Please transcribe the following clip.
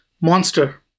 Monster